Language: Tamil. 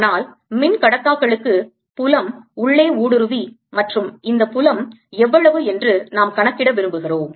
ஆனால் மின்கடத்தாக்களுக்கு புலம் உள்ளே ஊடுருவி மற்றும் இந்த புலம் எவ்வளவு என்று நாம் கணக்கிட விரும்புகிறோம்